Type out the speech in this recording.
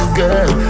girl